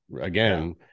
again